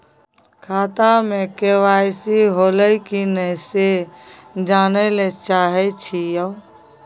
खाता में के.वाई.सी होलै की नय से जानय के चाहेछि यो?